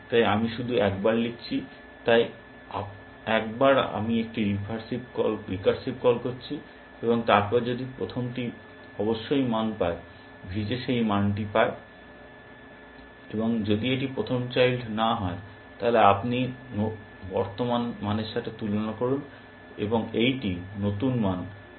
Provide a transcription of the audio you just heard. তাই আমি শুধু একবারে লিখছি তাই একবার আমি একটি রিকার্সিভ কল করছি এবং তারপর যদি প্রথমটি অবশ্যই মান পায় VJ সেই মানটি পায় যদি এটি প্রথম চাইল্ড না হয় তাহলে আপনি বর্তমান মানের সাথে তুলনা করুন এবং এইটি নতুন মান যা আপনি পাচ্ছেন